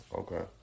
okay